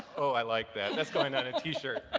oh, i like that. that's going on a t-shirt.